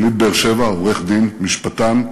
יליד באר שבע, עורך-דין, משפטן,